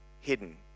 hidden